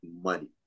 money